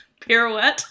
pirouette